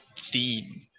theme